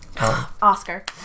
Oscar